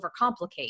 overcomplicate